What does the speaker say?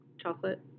chocolate